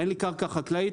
אין לי קרקע חקלאית,